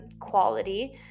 quality